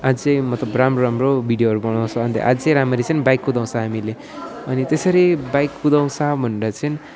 अझै मतलब राम्रो राम्रो भिडियोहरू बनाउँछौँ अन्त अझै राम्ररी चाहिँ बाइक कुदाउँछौँ हामीले अनि त्यसरी बाइक कुदाउँछौँ भनेर चाहिँ